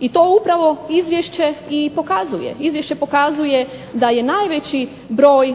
i to upravo izvješće i pokazuje. Izvješće pokazuje da je najveći broj